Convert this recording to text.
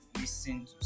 listen